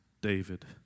David